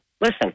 Listen